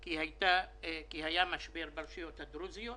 כי היה משבר ברשויות הדרוזיות.